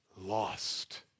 lost